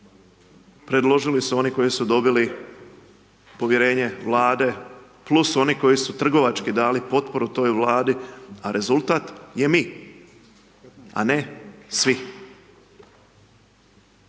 predložili su oni koji su dobili povjerenje Vlade + oni koji su trgovački dali potporu toj Vladi, a rezultat je mi, a ne svi.